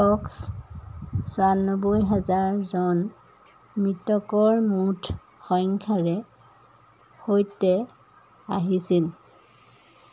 Fox চৌৰান্নবৈ হাজাৰ জন মৃতকৰ মুঠ সংখ্যাৰে সৈতে আহিছিল